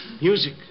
Music